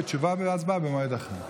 ותשובה והצבעה במועד אחר.